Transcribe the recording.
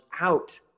out